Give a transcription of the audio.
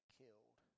killed